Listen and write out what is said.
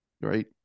right